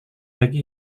bagi